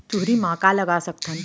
चुहरी म का लगा सकथन?